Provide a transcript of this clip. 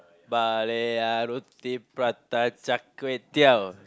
roti prata char-kway-teow